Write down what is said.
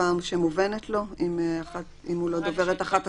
לא דובר את אחת השפות?